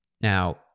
Now